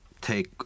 take